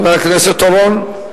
חבר הכנסת אורון,